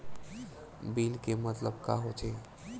Bill के मतलब का होथे?